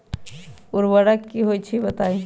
उर्वरक की होई छई बताई?